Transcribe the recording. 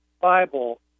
Bible